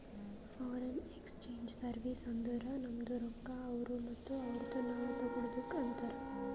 foreign exchange service ಅಂದುರ್ ನಮ್ದು ರೊಕ್ಕಾ ಅವ್ರು ಮತ್ತ ಅವ್ರದು ನಾವ್ ತಗೊಳದುಕ್ ಅಂತಾರ್